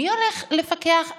מי הולך לפקח?